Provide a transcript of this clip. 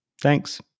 Thanks